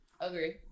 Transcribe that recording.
Agree